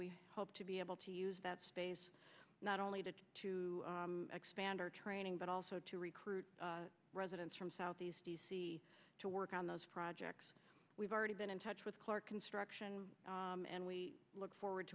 we hope to be able to use that space not only to expand our training but also to recruit residents from southeast d c to work on those projects we've already been in touch with clark construction and we look forward